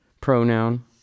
pronoun